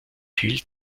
hielt